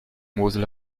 mosel